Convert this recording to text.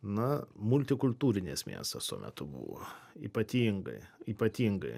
na multikultūrinis miestas tuo metu buvo ypatingai ypatingai